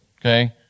Okay